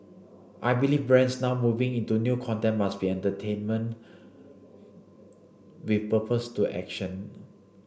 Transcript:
I believe brands now moving into new content must be entertainment with purpose to action